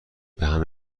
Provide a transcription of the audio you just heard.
بهم